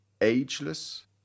ageless